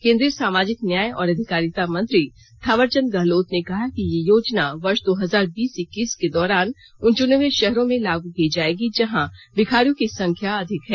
केंद्रीय सामाजिक न्याय और अधिकारिता मंत्री थावर चंद गहलोत ने कहा कि यह योजना वर्ष दो हजार बीस इक्कीस के दौरान उन चुने हए शहरों में लागू की जाएगी जहां भिखारियों की अधिक संख्या है